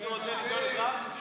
מישהו רוצה לנסוע לקרב?